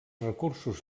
recursos